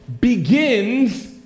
begins